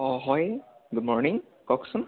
অঁ হয় good morning কওকচোন